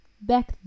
back